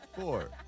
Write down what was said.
four